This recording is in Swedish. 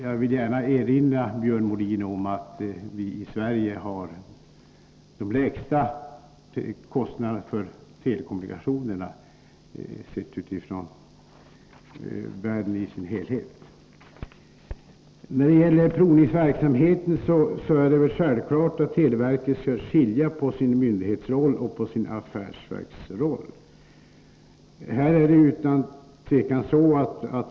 Jag vill gärna erinra Björn Molin om att vi i Sverige har de lägsta kostnaderna i världen när det gäller telekommunikationerna. När det gäller provningsverksamheten är det väl självklart att televerket skall skilja mellan sin myndighetsroll och sin affärsverksroll.